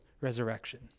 resurrection